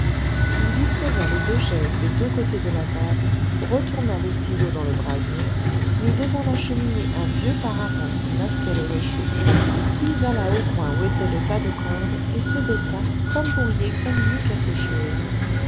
il disposa les deux chaises des deux côtés de la table retourna le ciseau dans le brasier mit devant la cheminée un vieux paravent qui masquait le réchaud puis alla au coin où était le tas de cordes et se baissa comme pour y examiner quelque chose